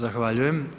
Zahvaljujem.